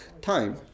time